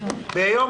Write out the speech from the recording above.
ביום